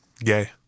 gay